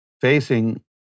facing